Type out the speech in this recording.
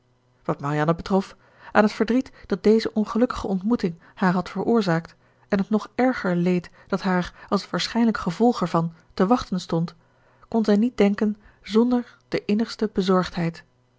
wat marianne betrof aan het verdriet dat deze ongelukkige ontmoeting haar had veroorzaakt en het nog erger leed dat haar als het waarschijnlijk gevolg ervan te wachten stond kon zij niet denken zonder de innigste bezorgdheid